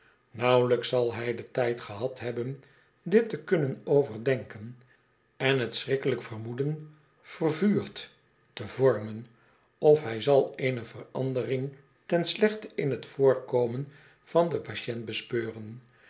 nauwelijks zal hij den tijd gehad hebben dit te kunnen overdenken en t schrikkelijk vermoeden vervuurd te vormen of hij zal eene verandering ten slechte in t voorkomen van den patiënt